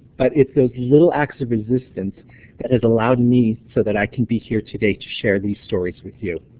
but it's those little acts of resistance that has allowed me so that i can be here today to share these stories with you.